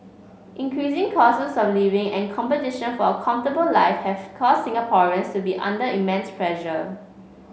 increasing costs of living and competition for a comfortable life have caused Singaporeans to be under immense pressure